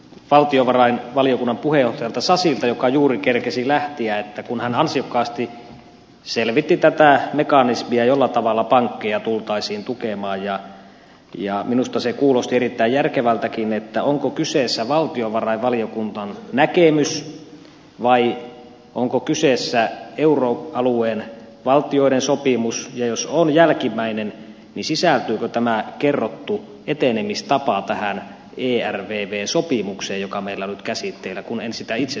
olisin kysynyt valtiovarainvaliokunnan puheenjohtaja sasilta joka juuri kerkesi lähteä kun hän ansiokkaasti selvitti tätä mekanismia millä tavalla pankkeja tultaisiin tukemaan ja minusta se kuulosti erittäin järkevältäkin onko kyseessä valtiovarainvaliokunnan näkemys vai onko kyseessä euroalueen valtioiden sopimus ja jos on jälkimmäinen sisältyykö tämä kerrottu etenemistapa tähän ervv sopimukseen joka meillä on nyt käsitteillä kun en sitä itse siitä löytänyt